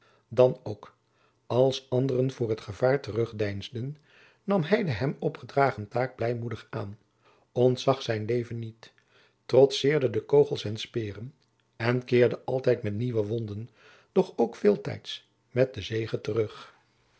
dan ook als anderen voor het gevaar terug deinsden nam hij de hem opgedragen taak jacob van lennep de pleegzoon blijmoedig aan ontzag zijn leven niet trotseerde kogels en speeren en keerde altijd met nieuwe wonden doch ook veeltijds met den zege terug